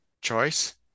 choice